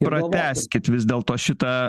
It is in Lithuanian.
pratęskit vis dėlto šitą